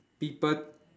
people